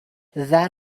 that